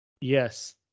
Yes